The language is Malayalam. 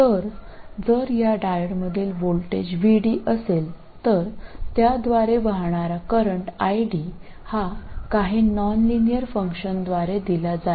അതിനാൽ ഇതിലുടനീളമുള്ള വോൾട്ടേജ് VD ആണെങ്കിൽ അതിലൂടെയുള്ള കറന്റ് ID ഏതെങ്കിലും നോൺലീനിയർ ഫംഗ്ഷൻ നൽകും